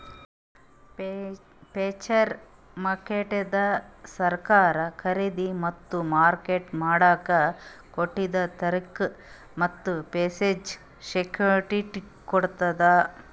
future ಮಾರ್ಕೆಟ್ದಾಗ್ ಸರಕ್ ಖರೀದಿ ಮತ್ತ್ ಮಾರಾಟ್ ಮಾಡಕ್ಕ್ ಕೊಟ್ಟಿದ್ದ್ ತಾರಿಕ್ ಮತ್ತ್ ಪ್ರೈಸ್ಗ್ ಸೆಕ್ಯುಟಿಟಿ ಕೊಡ್ತದ್